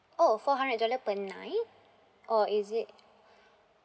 oh four hundred dollar per night or is it